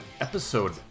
episode